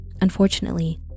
Unfortunately